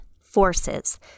forces